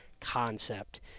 concept